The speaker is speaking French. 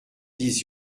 dix